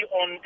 on